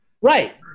Right